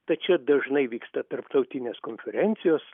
tad čia dažnai vyksta tarptautinės konferencijos